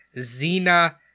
Zena